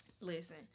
Listen